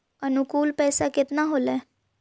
अनुकुल पैसा केतना होलय